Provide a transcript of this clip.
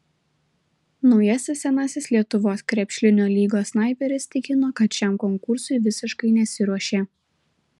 naujasis senasis lietuvos krepšlinio lygos snaiperis tikino kad šiam konkursui visiškai nesiruošė